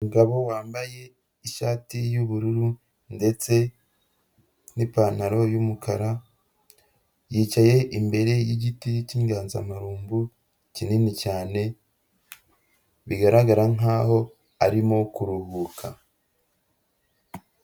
Umugabo wambaye ishati y'ubururu ndetse n'ipantaro y'umukara, yicaye imbere y'igiti k'inganzamarumbo kinini cyane, bigaragara nk'aho arimo kuruhuka.